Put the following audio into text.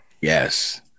Yes